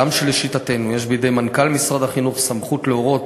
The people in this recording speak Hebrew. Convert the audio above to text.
הגם שלשיטתנו יש בידי מנכ"ל משרד החינוך סמכות להורות